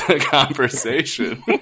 conversation